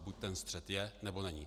Buď ten střet je, nebo není.